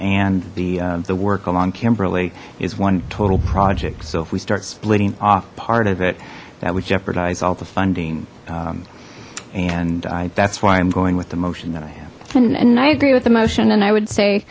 and the the work along kimberly is one total project so if we start splitting off part of it that would jeopardize all the funding and that's why i'm going with the motion that i have and i agree with the motion and i would say